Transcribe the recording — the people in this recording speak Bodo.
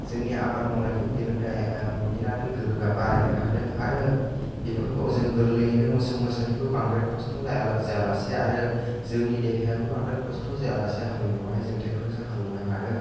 जोंनि आबाद मावनायनि बिरोंदामिनारि गोहोया बारायनो हादों आरो बेफोरखौ जों गोरलैयैनो मोसौ मोसानिबो बांद्राय खस्थ' लाया जाया लासे आरो जोंनि देहायाबो बांद्राय खस्थ' जाया लासे हालौनायाव हाय जों ट्रेक्टरजों हालौनो हादों